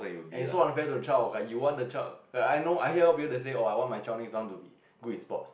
and it's so unfair to the child like you want the child like I know I hear a lot of people that say oh I want my child to be good in sports